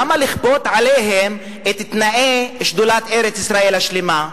למה לכפות עליהם את תנאי שדולת ארץ-ישראל השלמה?